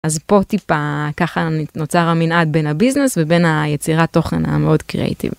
אז פה טיפה ככה נוצר המנעד בין הביזנס ובין היצירת תוכן המאוד קריאייטיב.